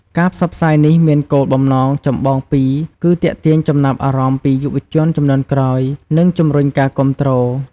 ការផ្សព្វផ្សាយនេះមានគោលបំណងចម្បងពីរគឺ ទាក់ទាញចំណាប់អារម្មណ៍ពីយុវជនជំនាន់ក្រោយ និងជំរុញការគាំទ្រ។